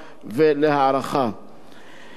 השמחה היותר גדולה,